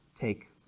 take